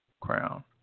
crown